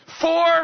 four